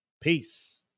Peace